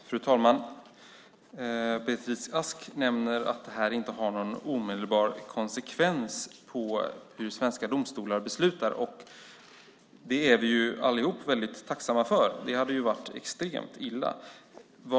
Fru talman! Beatrice Ask nämner att detta inte har någon omedelbar konsekvens för hur svenska domstolar beslutar. Det är vi allihop väldigt tacksamma för. Det hade varit extremt illa.